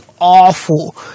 awful